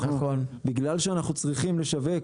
בגלל שאנחנו צריכים לשווק